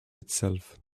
itself